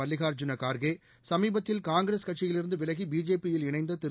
மல்லிகார்ஜுன கார்கே சுமீபத்தில் காங்கிரஸ் கட்சியிலிருந்து விலகி பிஜேபியில் இணைந்த திரு